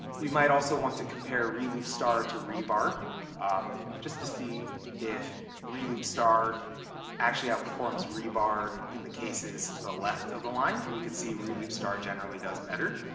we might also want to compare reloop star to rebar just to see if reloop star actually outperforms rebar in the cases to the left of the line. and we can see reloop star generally does better.